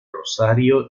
rosario